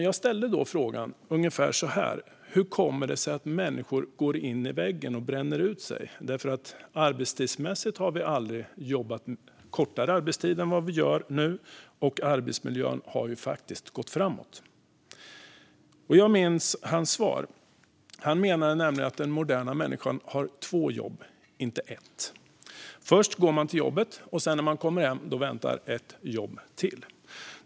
Jag frågade ungefär så här: Hur kommer det sig att människor går in i väggen och bränner ut sig - arbetstidsmässigt har vi aldrig haft kortare arbetstider än nu, och arbetsmiljön har ju faktiskt gått framåt? Jag minns hans svar. Han menade att den moderna människan har två jobb, inte ett. Först går man till jobbet, och när man kommer hem väntar ett jobb till.